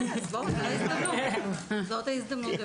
זאת ההזדמנות.